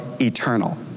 eternal